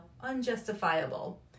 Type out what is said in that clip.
unjustifiable